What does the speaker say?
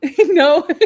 No